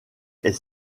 est